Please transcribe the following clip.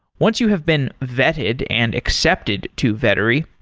once you have been vetted and accepted to vettery,